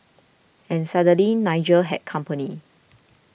and suddenly Nigel had company